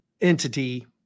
entity